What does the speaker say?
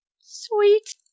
Sweet